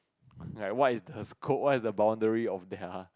like what's the scope what's the boundary of their